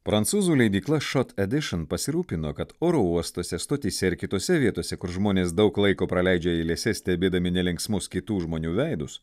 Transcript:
prancūzų leidykla šot ediši pasirūpino kad oro uostuose stotyse ir kitose vietose kur žmonės daug laiko praleidžia eilėse stebėdami nelinksmus kitų žmonių veidus